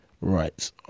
right